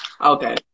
Okay